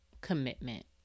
commitment